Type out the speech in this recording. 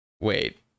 wait